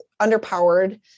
underpowered